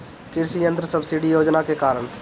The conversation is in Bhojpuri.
कृषि यंत्र सब्सिडी योजना के कारण?